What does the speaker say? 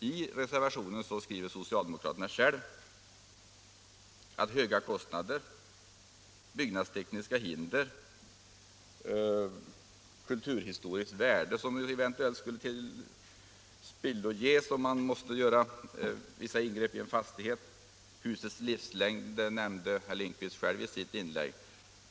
I reservationen skriver socialdemokraterna om höga kostnader, byggnadstekniska hinder, kulturhistoriska värden — som eventuellt skulle behöva tillspilloges, om man är tvungen göra vissa ingrepp i en fastighet — samt husets livslängd, som också herr Lindkvist talade om i sitt inlägg.